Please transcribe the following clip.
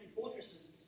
fortresses